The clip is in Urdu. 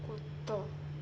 کتا